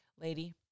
lady